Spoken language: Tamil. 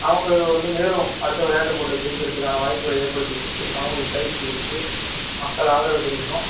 அவங்களை வந்து மேலும் அடுத்த விளையாட்டு போட்டியில் ஜெயிக்கிறத்துக்கான வாய்ப்புகளை ஏற்படுத்திக் கொடுத்து அவங்களுக்கு பயிற்சி கொடுத்து மக்கள் ஆதரவு தெரிவிக்கணும்